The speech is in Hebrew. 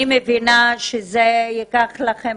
אני מבינה שזה ייקח לכם